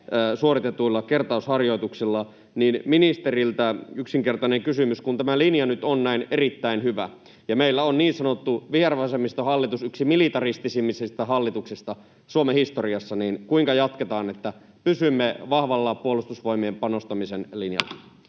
suoritetuilla kertausharjoituksilla, niin ministerille yksinkertainen kysymys: kun tämä linja nyt on erittäin hyvä ja meillä on niin sanottu vihervasemmistohallitus yksi militaristisimmista hallituksista Suomen historiassa, niin kuinka jatketaan, että pysymme vahvalla Puolustusvoimiin panostamisen linjalla?